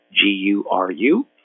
G-U-R-U